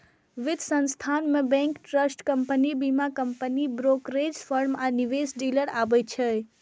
वित्त संस्थान मे बैंक, ट्रस्ट कंपनी, बीमा कंपनी, ब्रोकरेज फर्म आ निवेश डीलर आबै छै